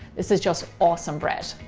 this is just awesome bread.